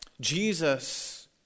Jesus